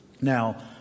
Now